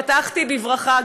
פתחתי בברכה,